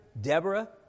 Deborah